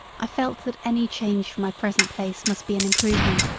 i felt that any change from my present place must be an improvement,